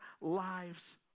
lives